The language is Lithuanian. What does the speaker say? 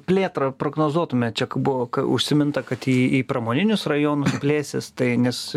plėtrą prognozuotumėt čia kai buvo užsiminta kad į į pramoninius rajonus plėsis tai nes